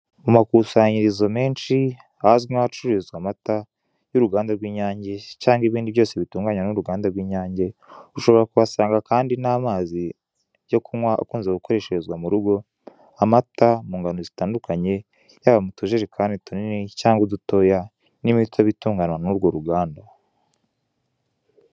Mu makusanyirizo menshi, ahazwi nkahacururizwa amata y'uruganda rw'inyange, cyangwa ibindi byose bitunganywa n'uruganda rw'inyange. Ushobora kuhasanga kandi n'amazi yo kunywa akunze gukoresherezwa mu rugo, amata mu ngano zitandukanye, yaba mu tujerekani tunini cyangwa udutoya, n'imitobe itunganywa nurwo ruganda.